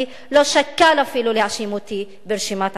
לא שקל אפילו להאשים אותי ברשימת העבירות.